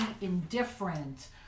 indifferent